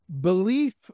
belief